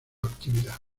actividad